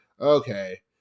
okay